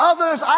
Others